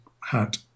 hat